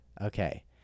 Okay